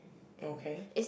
okay